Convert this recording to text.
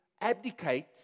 abdicate